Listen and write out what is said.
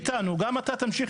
רק אני רוצה